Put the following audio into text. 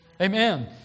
Amen